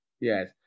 Yes